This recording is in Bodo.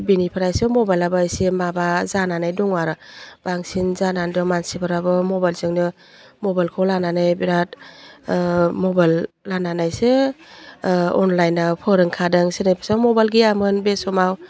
बेनिफ्रायसो मबाइलाबो एसे माबा जानानै दं आरो बांसिन जानानै दं मानसिफोराबो मबाइलजोंनो मबाइलखौ लानानै बिराद मबाइल लानानैसो अनलाइन फोरोंखादों सोरनिफिसा मबाइल गैयामोन बे समाव